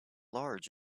large